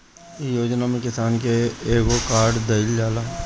इ योजना में किसान के एगो कार्ड दिहल जाला